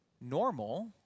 normal